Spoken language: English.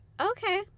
okay